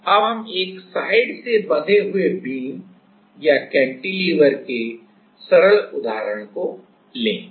तो अब हम एक साइड से बंधे हुए बीम या कैंटिलीवर के सरल उदाहरण को लेंगे